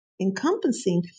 encompassing